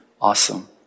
Awesome